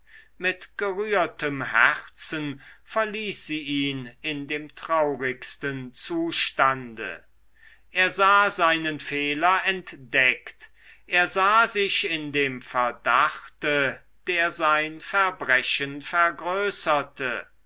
mit gerührtem herzen verließ sie ihn in dem traurigsten zustande er sah seinen fehler entdeckt er sah sich in dem verdachte der sein verbrechen vergrößerte